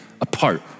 apart